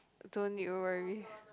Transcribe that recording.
don't need worry